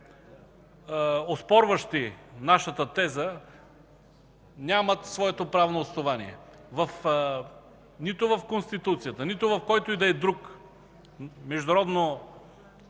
оспорващи нашата теза, нямат своето правно основание. Нито в Конституцията, нито в който и да е друг международно